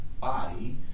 body